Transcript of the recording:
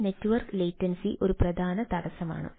ഈ network latency ഒരു പ്രധാന തടസ്സമാണ്